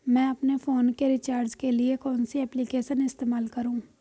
मैं अपने फोन के रिचार्ज के लिए कौन सी एप्लिकेशन इस्तेमाल करूँ?